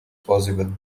possible